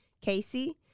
Casey